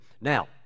Now